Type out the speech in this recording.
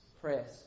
press